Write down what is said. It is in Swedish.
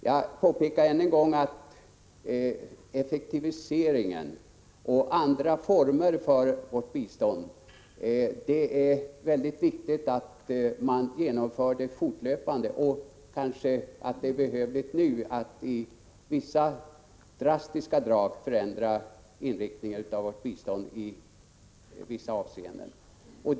Jag påpekar än en gång att det är viktigt att effektiviseringen och införandet av andra former för vårt bistånd genomförs fortlöpande. Kanske det är behövligt att nu genom vissa drastiska drag förändra inriktningen av vårt bistånd i vissa avseenden.